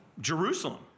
Jerusalem